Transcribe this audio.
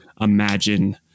imagine